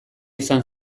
izan